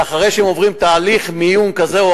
ואחרי שהם עוברים תהליך מיון כזה או